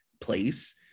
place